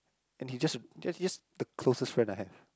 and he's just he just the closest friend I have